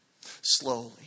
Slowly